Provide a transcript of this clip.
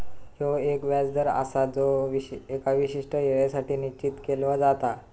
ह्यो एक व्याज दर आसा जो एका विशिष्ट येळेसाठी निश्चित केलो जाता